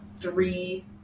three